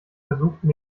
versuchten